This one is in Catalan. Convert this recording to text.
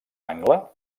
angle